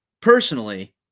personally